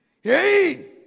Hey